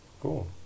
Cool